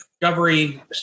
discovery